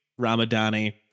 Ramadani